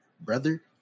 Brother